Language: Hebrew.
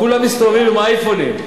כולם מסתובבים עם אייפונים.